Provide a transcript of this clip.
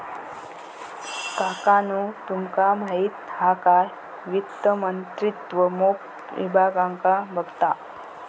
काकानु तुमका माहित हा काय वित्त मंत्रित्व मोप विभागांका बघता